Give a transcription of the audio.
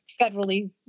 federally